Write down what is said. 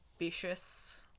ambitious